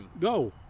go